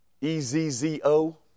E-Z-Z-O